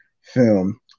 film